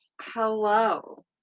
hello